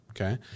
Okay